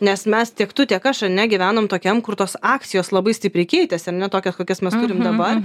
nes mes tiek tu tiek aš ar ne gyvenam tokiam kur tos akcijos labai stipriai keitėsi ar ne tokios kokias mes turim dabar